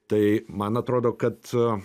tai man atrodo kad